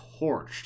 torched